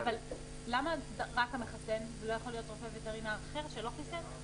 למה רק המחסן, זה לא יכול רופא וטרינר שלא חיסן?